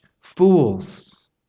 fools